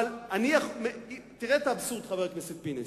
אבל תראה את האבסורד, חבר הכנסת פינס.